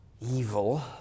evil